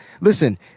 listen